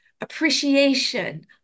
appreciation